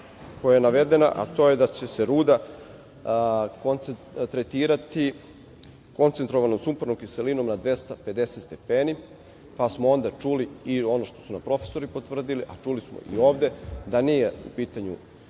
koja je navedena, a to je da će se ruda tretirati koncentrovanom sumpornom kiselinom na 250 stepeni, pa smo onda čuli i ono što su nam profesori potvrdili, a čuli smo i ovde, da nije u pitanju